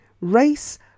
race